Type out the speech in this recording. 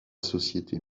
société